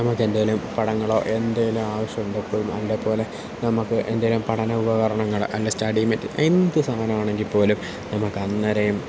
നമുക്ക് എന്തെങ്കിലും പടങ്ങളോ എന്തെങ്കിലും ആവശ്യമുണ്ടെങ്കിൽപ്പലും അതേപോലെ നമുക്ക് എന്തെങ്കിലും പഠനോപകരണങ്ങൾ അല്ലെങ്കിൽ സ്റ്റഡി മെറ്റീരിയൽ എന്തു സാധനമാണെങ്കിൽപ്പോലും നമുക്കന്നേരം